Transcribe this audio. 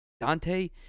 Dante